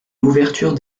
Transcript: l’ouverture